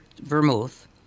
vermouth